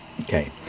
okay